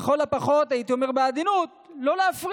לכל הפחות, הייתי אומר בעדינות, לא להפריע.